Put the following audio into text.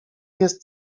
jest